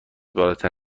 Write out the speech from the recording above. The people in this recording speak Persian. بالاتر